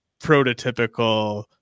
prototypical